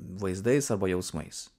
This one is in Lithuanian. vaizdais savo jausmais